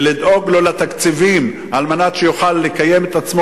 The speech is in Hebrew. ולדאוג לו לתקציבים על מנת שיוכל לקיים את עצמו